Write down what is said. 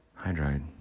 hydride